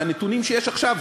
מהנתונים שיש עכשיו,